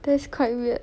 that's quite weird